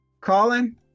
Colin